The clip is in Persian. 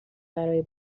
برای